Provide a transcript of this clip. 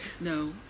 no